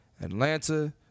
Atlanta